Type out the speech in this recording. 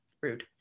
rude